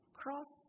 cross